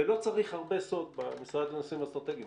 ולא צריך הרבה סוד במשרד לנושאים אסטרטגיים.